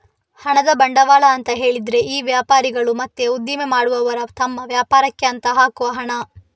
ಹಣದ ಬಂಡವಾಳ ಅಂತ ಹೇಳಿದ್ರೆ ಈ ವ್ಯಾಪಾರಿಗಳು ಮತ್ತೆ ಉದ್ದಿಮೆ ಮಾಡುವವರು ತಮ್ಮ ವ್ಯಾಪಾರಕ್ಕೆ ಅಂತ ಹಾಕುವ ಹಣ